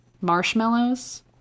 marshmallows